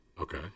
Okay